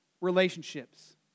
relationships